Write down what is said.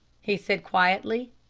he said quietly,